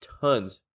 tons